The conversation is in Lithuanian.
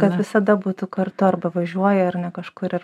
kad visada būtų kartu arba važiuoji ar ne kažkur ir